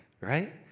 right